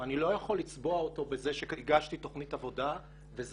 אני לא יכול לצבוע אותו בזה שהגשתי תכנית עבודה וזהו.